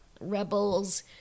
Rebels